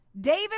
David